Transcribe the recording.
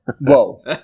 whoa